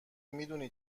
میدونی